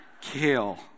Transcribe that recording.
kale